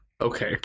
Okay